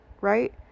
right